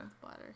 bladder